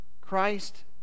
Christ